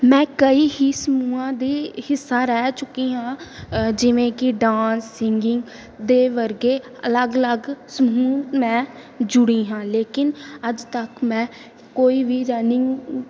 ਮੈਂ ਕਈ ਹੀ ਸਮੂਹਾਂ ਦੀ ਹਿੱਸਾ ਰਹਿ ਚੁੱਕੀ ਹਾਂ ਜਿਵੇਂ ਕਿ ਡਾਂਸ ਸੀਗਿੰਗ ਦੇ ਵਰਗੇ ਅਲੱਗ ਅਲੱਗ ਸਮੂਹ ਮੈਂ ਜੁੜੀ ਹਾਂ ਲੇਕਿਨ ਅੱਜ ਤੱਕ ਮੈਂ ਕੋਈ ਵੀ ਰਨਿੰਗ